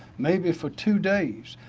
maybe for two days.